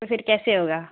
تو پھر کیسے ہوگا